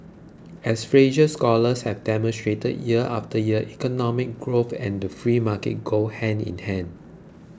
as Fraser scholars have demonstrated year after year economic growth and the free markets go hand in hand